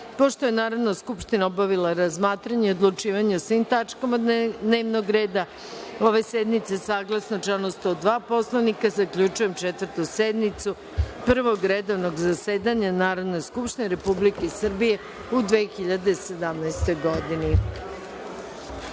član. Pošto je Narodna skupština obavila razmatranje i odlučivanje o svim tačkama dnevnog reda ove sednice, saglasno članu 102. Poslovnika, zaključujem Četvrtu sednicu Prvog redovnog zasedanja Narodne skupštine Republike Srbije u 2017. godini.